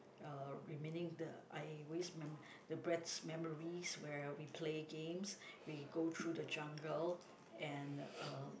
uh remaining the I always remem~ the best memories where we play games we go through the jungle and uh